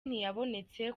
ntiyabonetse